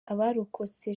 abarokotse